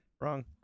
Wrong